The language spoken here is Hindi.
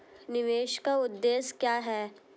निवेश का उद्देश्य क्या है?